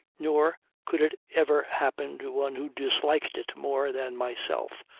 nor could it ever happen to one who disliked it more than myself,